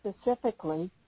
specifically